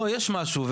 יש משהו.